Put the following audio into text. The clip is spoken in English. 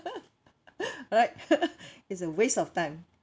right it's a waste of time